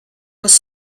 was